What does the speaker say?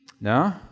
No